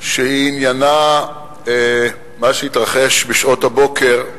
שעניינה מה שהתרחש בשעות הבוקר,